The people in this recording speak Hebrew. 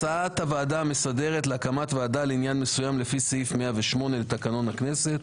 הצעת הוועדה המסדרת להקמת ועדה לעניין מסוים לפי סעיף 108 לתקנון הכנסת